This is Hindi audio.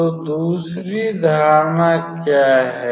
तो दूसरी धारणा क्या है